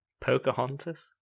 Pocahontas